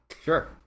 sure